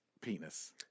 Penis